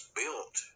built